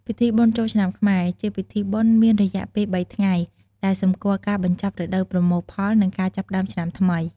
ពីធីបុណ្យចូលឆ្នាំខ្មែរជាពិធីបុណ្យមានរយៈពេលបីថ្ងៃ ដែលសម្គាល់ការបញ្ចប់រដូវប្រមូលផល និងការចាប់ផ្តើមឆ្នាំថ្មី។